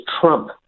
trump